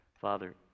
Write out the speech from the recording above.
Father